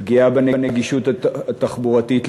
פגיעה בנגישות התחבורתית לפריפריה,